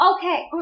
Okay